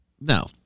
no